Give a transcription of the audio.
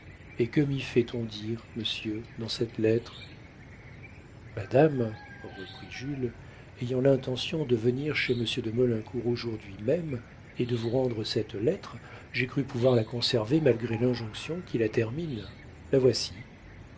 et que m'y fait-on dire monsieur dans cette lettre madame reprit jules ayant l'intention de venir chez monsieur de maulincour aujourd'hui même et de vous rendre cette lettre j'ai cru pouvoir la conserver malgré l'injonction qui la termine la voici